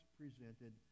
presented